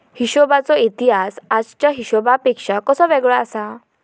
हिशोबाचो इतिहास आजच्या हिशेबापेक्षा कसो वेगळो आसा?